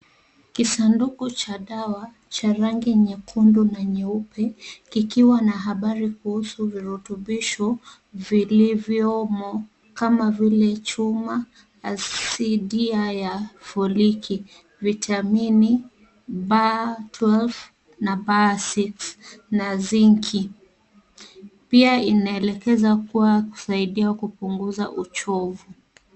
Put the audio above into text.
Kisanduku cha dawa cha rangi nyekundu na nyeupe kikiwa na habari kuhusu virutubisho vilivyo humu kama vile chuma asidia ya vitamini B12 na B6 na zinki. Pia inaelekeza kuwa inasaidia kupunguza uchovu.